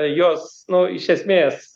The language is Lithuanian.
jos nu iš esmės